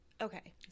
Okay